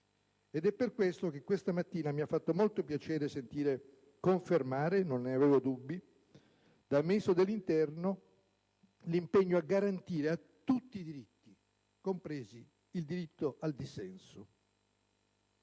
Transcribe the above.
È per questo che stamattina mi ha fatto molto piacere sentire confermare - non ne avevo dubbi - dal Ministro dell'interno l'impegno a garantire tutti i diritti, compreso il diritto al dissenso.